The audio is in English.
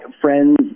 friends